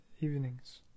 evenings